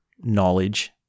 knowledge